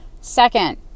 Second